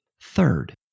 Third